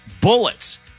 bullets